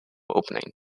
opening